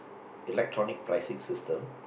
electronic pricing system